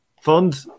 fund